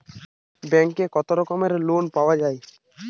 ব্যাঙ্কে কত রকমের লোন পাওয়া য়ায়?